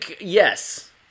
Yes